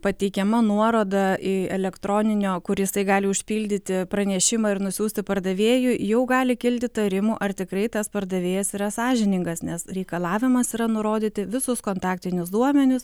pateikiama nuoroda į elektroninio kur jisai gali užpildyti pranešimą ir nusiųsti pardavėjui jau gali kilt įtarimų ar tikrai tas pardavėjas yra sąžiningas nes reikalavimas yra nurodyti visus kontaktinius duomenis